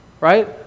right